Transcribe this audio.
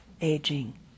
aging